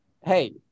Hey